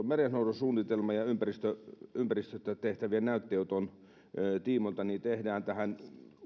merenhoidon suunnitelmaa ja ympäristöstä tehtävien näytteenoton tiimoilta tehdään tähän